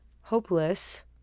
hopeless